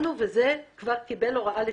וזה כבר קיבל הוראה לתיקון,